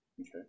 Okay